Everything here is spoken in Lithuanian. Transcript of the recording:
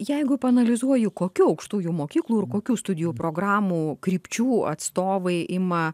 jeigu paanalizuoju kokių aukštųjų mokyklų ir kokių studijų programų krypčių atstovai ima